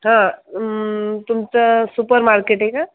हां तुमचं super market आहे का